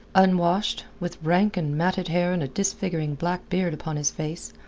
unwashed, with rank and matted hair and a disfiguring black beard upon his face,